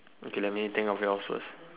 okay let me think of yours first